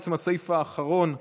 בעצם הסעיף האחרון בסדר-היום,